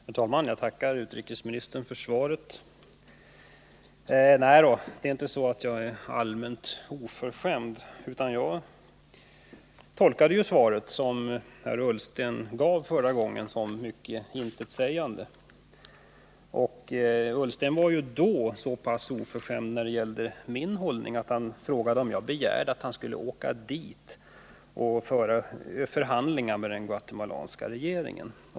Herr talman! Jag tackar utrikesministern för svaret. Nej då, det är inte så att jag är allmänt oförskämd, men jag tolkade det svar som Ola Ullsten gav förra gången som mycket intetsägande. Och Ola Ullsten var ju då så pass oförskämd när det gällde min hållning, att han frågade om jag begärde att han skulle åka till Guatemala och föra förhandlingar med den guatemalanska regeringen.